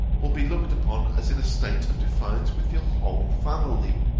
or be looked upon as in a state of defiance with your whole family.